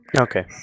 okay